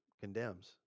condemns